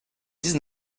dix